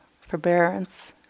forbearance